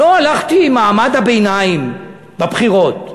לא הלכתי עם מעמד הביניים בבחירות,